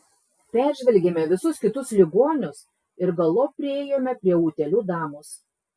peržvelgėme visus kitus ligonius ir galop priėjome prie utėlių damos